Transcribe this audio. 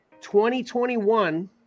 2021